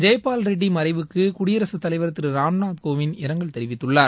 ஜெய்பால் ரெட்டி மறைவுக்கு குடியரசுத்தலைவர் திரு ராம்நாத் கோவிந்த் இரங்கல் தெரிவித்துள்ளார்